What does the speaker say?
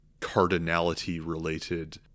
cardinality-related